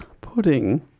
pudding